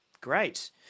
great